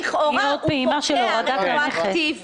לכאורה הוא פוקע רטרואקטיבית.